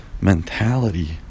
mentality